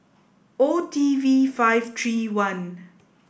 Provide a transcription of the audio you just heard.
O T V five three one